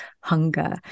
hunger